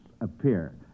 appear